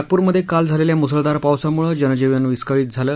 नागपूरमध्यक्राल झालष्वा मुसळधार पावसामुळं जनजीवन विस्कळीत झालं